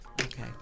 Okay